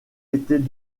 était